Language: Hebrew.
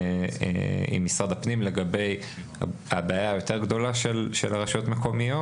משרד הפנים לגבי הבעיה היותר גדולה של רשויות מקומיות,